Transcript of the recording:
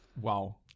wow